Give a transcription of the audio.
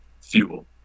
fuel